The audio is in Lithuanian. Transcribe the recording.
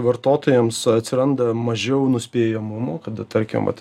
vartotojams atsiranda mažiau nuspėjamumo kada tarkim vat